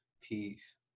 peace